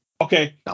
Okay